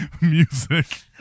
music